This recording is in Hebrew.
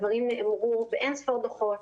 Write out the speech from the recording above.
הדברים נאמרו באין-ספור דוחות,